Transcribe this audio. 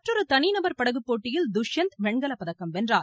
மற்றொரு தனிநபர் படகுப் போட்டியில் துஷ்யந்த் வெண்கலப்பதக்கம் வென்றார்